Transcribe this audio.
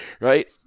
right